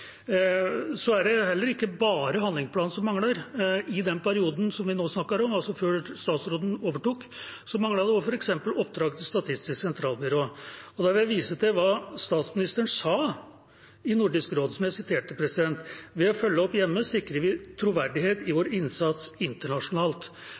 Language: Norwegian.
Så er det heller ikke bare handlingsplanen som mangler. I den perioden vi nå snakker om, altså før statsråden overtok, manglet det f.eks. også oppdrag til Statistisk sentralbyrå, og da vil jeg vise til hva statsministeren sa i Nordisk råd: «Ved å følge opp hjemme sikrer vi troverdighet i